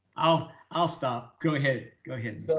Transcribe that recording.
i'll i'll stop. go ahead. go ahead.